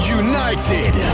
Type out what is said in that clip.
united